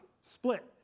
split